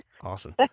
Awesome